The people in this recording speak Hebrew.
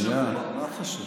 שנייה.